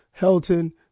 Helton